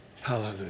hallelujah